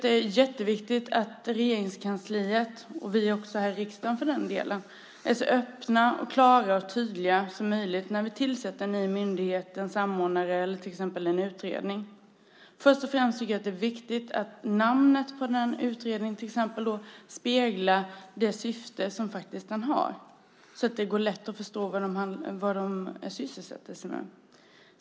Det är jätteviktigt att Regeringskansliet, och riksdagen också för den delen, är så öppna, klara och tydliga som möjligt när en ny myndighet, samordnare eller utredning tillsätts. Först och främst är det viktigt att namnet på till exempel en utredning speglar det syfte som den faktiskt har. Det ska vara lätt att förstå vad den sysslar med.